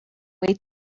way